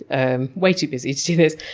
and way too busy to do this.